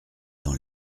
dans